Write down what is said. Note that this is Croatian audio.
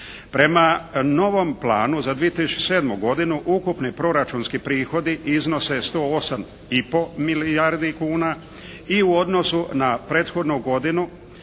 Prema novom planu za 2007. godinu ukupni proračunski prihodi iznose 108,5 milijardi kuna i u odnosu na prethodnu godinu